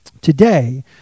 today